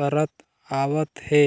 करत आवत हे